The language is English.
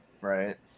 right